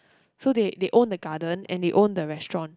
so they they own the garden and they own the restaurant